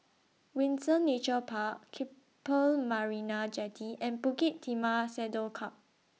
Windsor Nature Park Keppel Marina Jetty and Bukit Timah Saddle Club